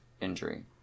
injury